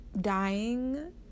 Dying